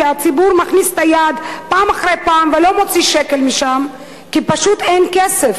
כי הציבור מכניס את היד פעם אחר פעם ולא מוציא משם כסף כי פשוט אין כסף,